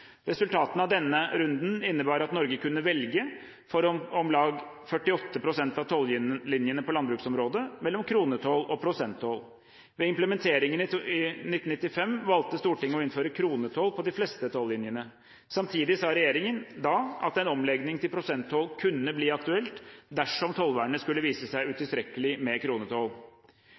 resultatene fra Uruguay-runden. Resultatet av denne runden innebar at Norge kunne velge – for om lag 48 pst. av tollinjene på landbruksområdet – mellom kronetoll og prosenttoll. Ved implementeringen i 1995 valgte Stortinget å innføre kronetoll på de fleste toll-linjene. Samtidig sa regjeringen da at en omlegging til prosenttoll kunne bli aktuelt dersom tollvernet skulle vise seg utilstrekkelig med kronetoll.